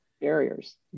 barriers